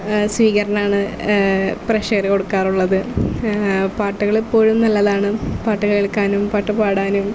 സ്വീകരണമാണ് പ്രേക്ഷകർ കൊടുക്കാറുള്ളത് പാട്ടുകൾ എപ്പോഴും നല്ലതാണ് പാട്ട് കേൾക്കാനും പാട്ട് പാടാനും